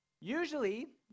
Usually